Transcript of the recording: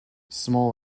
small